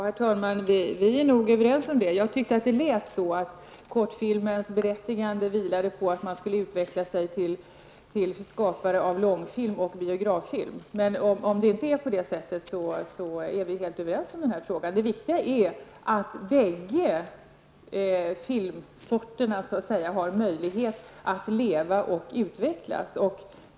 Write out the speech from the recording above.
Herr talman! Vi är nog överens om detta. Jag tyckte att det lät som om Jan Hyttring menade att kortfilmens berättigande vilade på att filmarna genom den skulle utveckla sig till skapare av långfilm och biograffilm. Om det inte är på det sättet, är vi helt överens i den här frågan. Det viktiga är att bägge filmsorterna har möjlighet att leva och utvecklas.